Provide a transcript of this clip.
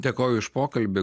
dėkoju už pokalbį